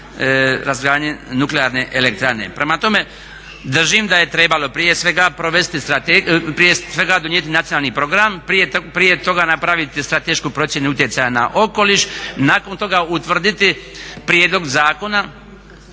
razgradnji nuklearne elektrane. Prema tome, držim da je trebalo prije svega donijeti Nacionalni program, prije toga napraviti stratešku procjenu utjecaja na okoliš, nakon toga utvrditi prijedlog zakona,